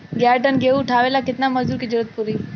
ग्यारह टन गेहूं उठावेला केतना मजदूर के जरुरत पूरी?